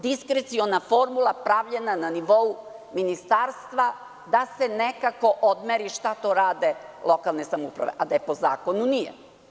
Diskreciona formula pravljena na nivou ministarstva da se nekako odmeri šta to rade lokalne samouprave, a da je po zakonu – nije.